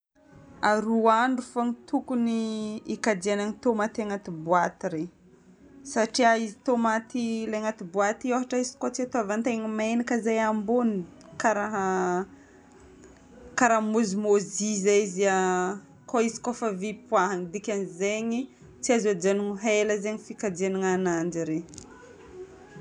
Ahh, roa andro fôgna tokony hikajiagna ny tomate agnaty boaty iregny satria izy tomate ilay agnaty boaty io ôhatra hoe izy koa tsy ataovan-tegna megnaka izay amboniny, karaha, karaha môzimôzy izay izy, karaha izy koa efa Dikan'izegny tsy azo ajanono ela zegny fikajiagnagna ananjy regny.